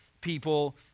people